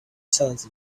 celsius